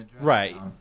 right